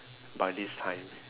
by this time